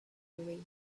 way